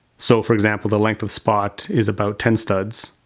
so, for example the length of spot is about ten studs,